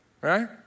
right